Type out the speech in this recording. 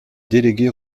délégué